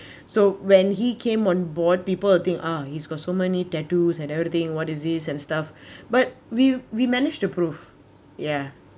so when he came on board people think ah he's got so many tattoos and everything what is this and stuff but we we managed to proof ya